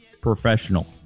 professional